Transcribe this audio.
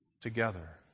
together